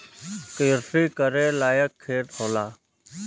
किरसी करे लायक खेत होला